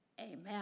amen